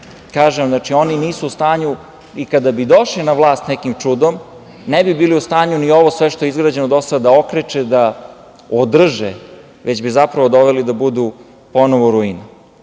vam, oni nisu u stanju i kada bi došli na vlast nekim čudom, ne bi bili u stanju ni ovo sve što je izgrađeno do sada, da okreče, da održe, već bi zapravo doveli da budu ponovo u rujni.